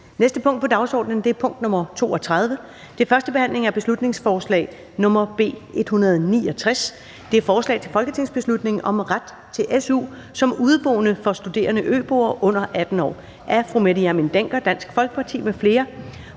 næste punkt på dagsordenen er: 32) 1. behandling af beslutningsforslag nr. B 169: Forslag til folketingsbeslutning om ret til su som udeboende for studerende øboere under 18 år. Af Mette Hjermind Dencker (DF) m.fl.